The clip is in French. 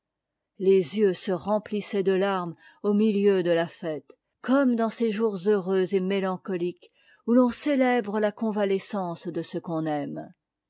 les yeux se remplissaient de larmes au milieu de la fête comme dans ces jours heureux et mélancoliques où l'on célèbre la convalescence de ce qu'on aime